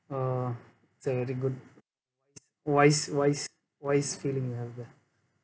ah it's a very good wise wise wise feeling you have there